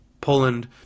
Poland